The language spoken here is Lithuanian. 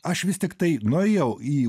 aš vis tiktai nuėjau į